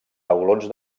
taulons